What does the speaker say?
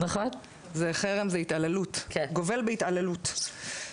זה גובל בהתעללות...